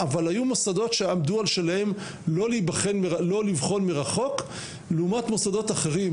אבל היו מוסדות שעמדו על שלהם לא לבחון מרחוק לעומת מוסדות אחרים,